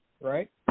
right